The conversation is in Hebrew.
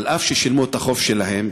אף ששילמו את החוב שלהם,